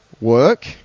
Work